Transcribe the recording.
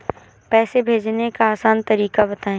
पैसे भेजने का आसान तरीका बताए?